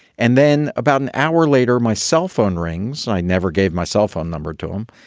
and then about an hour later, my cell phone rings. i never gave my cell phone number to him,